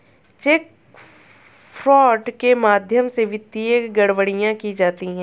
check fraud के माध्यम से वित्तीय गड़बड़ियां की जाती हैं